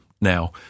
now